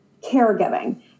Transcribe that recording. caregiving